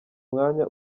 mwanya